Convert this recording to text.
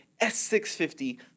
S650